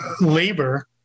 labor